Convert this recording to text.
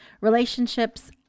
relationships